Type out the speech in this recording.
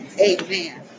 Amen